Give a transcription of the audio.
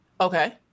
Okay